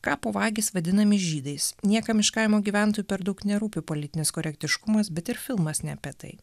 kapo vagys vadinami žydais niekam iš kaimo gyventojų per daug nerūpi politinis korektiškumas bet ir filmas ne apie tai